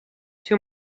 too